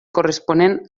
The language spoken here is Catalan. corresponent